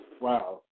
Wow